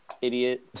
Idiot